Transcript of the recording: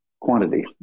quantity